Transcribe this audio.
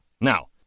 Now